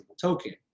token